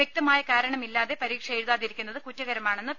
വ്യക്തമായ കാരണമില്ലാതെ പരീക്ഷ എഴുതാതിരിക്കുന്നത് കുറ്റ കരമാണെന്ന് പി